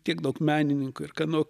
tiek daug menininkų ir ka nu